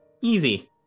Easy